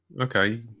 Okay